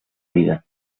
vida